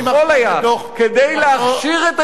כדי להכשיר את ההתנחלויות,